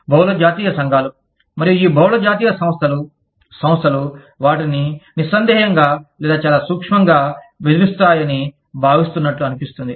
బహుళ జాతీయ సంఘాలు మరియు ఈ బహుళ జాతీయ సంస్థలు సంస్థలు వాటిని నిస్సందేహంగా లేదా చాలా సూక్ష్మంగా బెదిరిస్తాయని భావిస్తున్నట్లు అనిపిస్తుంది